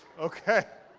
okay.